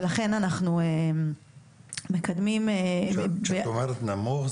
לכן אנחנו מקדמים --- כשאת אומרת נמוך,